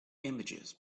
images